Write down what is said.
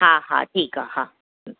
हा हा ठीकु आहे हा